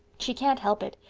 she can't help it.